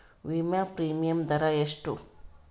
ವಿಮಾ ಪ್ರೀಮಿಯಮ್ ದರಾ ಎಷ್ಟು?